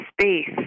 space